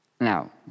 Now